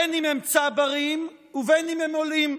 בין שהם צברים ובין שהם עולים,